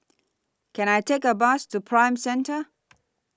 Can I Take A Bus to Prime Centre